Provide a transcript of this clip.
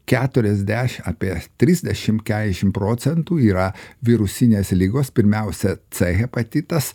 keturiasdešimt apie trisdešimt keturiasdešimt procentų yra virusinės ligos pirmiausia c hepatitas